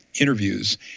interviews